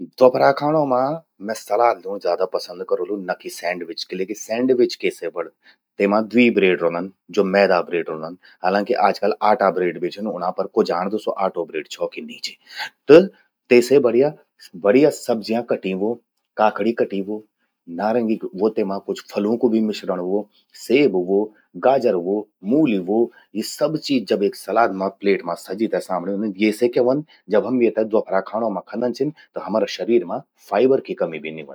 द्वोफरा खाणों मां मैं सवलाद ल्यूण ज्यादा पसंद करोलु ना कि सैंडविच। किलेकि सैंडविच के से बणद, तेमा द्वी ब्रेड रौंदन, ज्वो मैदा ब्रेड रौंदन, हालांकि आजकल आटा ब्रेड भी छिन ऊंणा पर, क्वो जाणद कि स्वो आटो ब्रेड छौ कि नी। त तेसे बढ़िया बढ़िया सब्जियां कट्यीं व्हो, काखड़ि कट्यीं व्हो, नारंगी व्हो तेमा कुछ, फलूं कु भी मिश्रण व्हो, सेब व्हो, गाजर व्हो, मूली व्हो। यी सब सब चीज जब एक सलाद मां प्लेट मां सजी ते सामणि ऊंदिन।। ये से क्या व्हंद जब हम येते द्वोफरा काणों मां खंदन छिन, त हमरा शरीर मां फाइबर कि कमी भी नि व्हंदि।